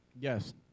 Yes